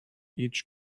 each